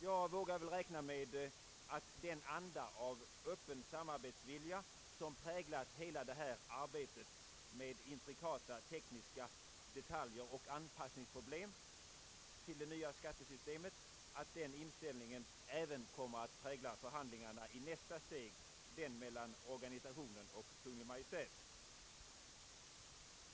Jag vågar väl räkna med att den anda av öppen samarbetsvilja, som präglat hela detta arbete med intrikata tekniska detaljer och problem med anpassningen till det nya skattesystemet, även kommer att prägla förhandlingarna i nästa steg — mellan organisationen och Kungl. Maj:t.